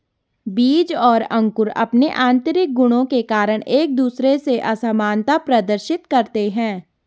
बीज और अंकुर अंपने आतंरिक गुणों के कारण एक दूसरे से असामनता प्रदर्शित करते हैं